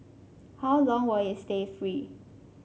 how long will it stay free